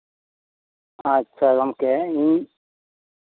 ᱟᱪᱪᱷᱟ ᱜᱚᱢᱠᱮ ᱤᱧ